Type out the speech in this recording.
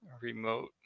remote